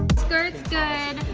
skirts good,